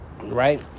right